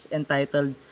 entitled